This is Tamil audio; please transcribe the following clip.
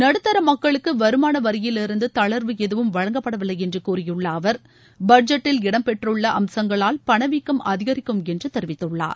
நடுத்தரமக்களுக்குவருமானவரியிலிருந்துதளர்வு எதுவும் வழங்கப்படவில்லைஎன்றுகூறியுள்ளஅவர் பட்ஜெட்டில் இடம்பெற்றுள்ள அம்சங்களால் பணவீக்கம் அதிகரிக்கும் என்றுதெரிவித்துள்ளார்